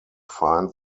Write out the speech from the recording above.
find